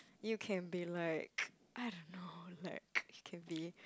you can be like I don't know like you can be